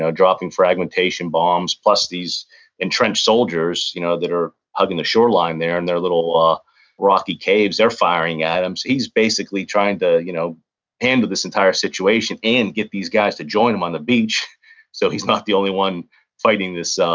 ah dropping fragmentation bombs, plus these entrenched soldiers you know that are hugging the shoreline there in their little rocky caves, they're firing at him. so he's basically trying to you know handle this entire situation and get these guys to join him on the beach so he's not the only one fighting this, um